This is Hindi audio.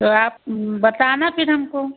तो आप बताना फिर हमको